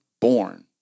born